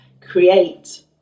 create